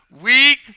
weak